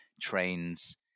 trains